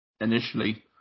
initially